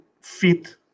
fit